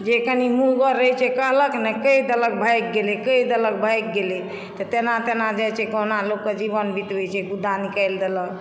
जे कनी मुहगर रहै छै कहलक ने कहि देलक भागि गेलै कहि देलक भागि गेलै तऽ तेना तेना जाइ छै जे कहुना लोक के जीवन बीतबै छै गुद्दा निकालि देलक